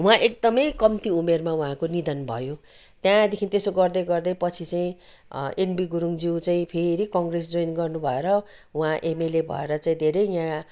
उहाँ एकदमै कम्ती उमेरमा उहाँको निधन भयो त्यहाँदेखि त्यसो गर्दै गर्दै पछि चाहिँ एनबी गुरुङज्यू चाहिँ फेरि कङ्ग्रेस जोइन गर्नु भएर उहाँ एमएलए भएर चाहिँ धेरै यहाँ